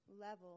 Level